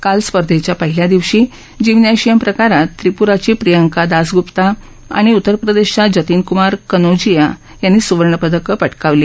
काल स्पर्धेच्या पहिल्या दिवशी जिम्नॅशियम प्रकारात त्रिपुराची प्रियांका दासगूप्ता आणि उत्तर प्रदेशच्या जतिनक्मार कनौजिया यांनी सुवर्णपदक पटकावलं